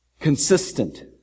Consistent